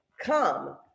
come